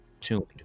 tuned